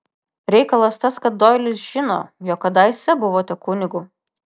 reikalas tas kad doilis žino jog kadaise buvote kunigu